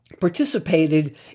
participated